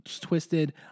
twisted